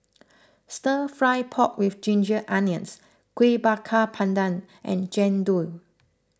Stir Fry Pork with Ginger Onions Kuih Bakar Pandan and Jian Dui